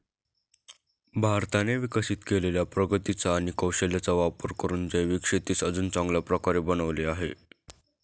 भारताने विकसित केलेल्या प्रगतीचा आणि कौशल्याचा वापर करून जैविक शेतीस अजून चांगल्या प्रकारे बनवले आहे